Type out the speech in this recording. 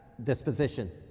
Disposition